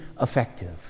effective